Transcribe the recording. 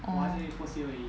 orh